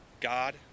God